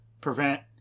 prevent